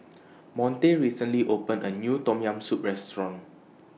Monte recently opened A New Tom Yam Soup Restaurant